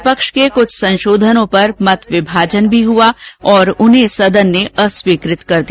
विपक्ष के कुछ संशोधनों पर मत विभाजन भी हुआ और उन्हें सदन ने अस्वीकृत कर दिया